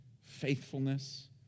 faithfulness